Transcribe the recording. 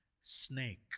snake